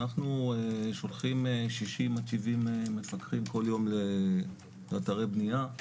אנחנו שולחים 60 עד 70 מפקחים כל יום לאתרי בניה.